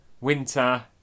winter